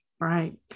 Right